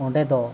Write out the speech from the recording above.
ᱚᱸᱰᱮ ᱫᱚ